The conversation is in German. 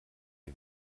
wir